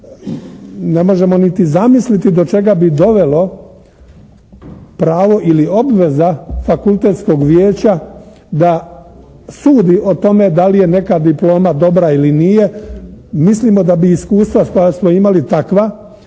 Ne možemo niti zamisliti do čega bi dovelo pravo ili obveza fakultetskog vijeća da sudi o tome da li je neka diploma dobra ili nije. Mislimo da bi iskustva koja smo imali takva